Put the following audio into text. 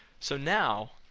so now,